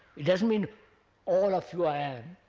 it doesn't mean all of you i